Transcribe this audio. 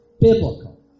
biblical